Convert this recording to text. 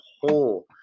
whole